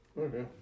Okay